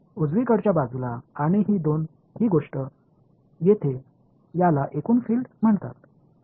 எனவே அதுவும் இடது புறத்திலும் இந்த விஷயம் டோடல் ஃபில்டு என்று அழைக்கப்படுகிறது